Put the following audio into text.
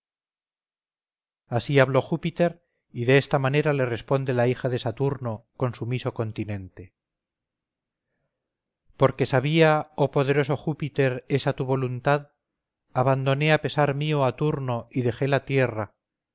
así habló júpiter y de esta manera le responde la hija de saturno con sumiso continente porque sabía oh poderoso júpiter esa tu voluntad abandoné a pesar mío a turno y dejé la tierra